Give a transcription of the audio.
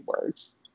words